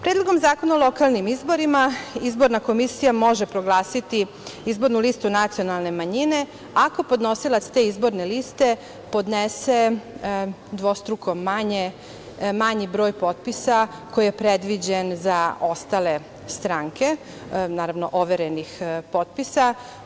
Predlogom zakona o lokalnim izborima izborna komisija može proglasiti izbornu listu nacionalne manjine ako podnosilac te izborne liste podnese dvostruko manji broj potpisa koji je predviđen za ostale stranke, naravno, overenih potpisa.